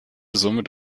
somit